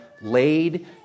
laid